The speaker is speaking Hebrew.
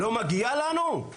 לא למגיע לנו?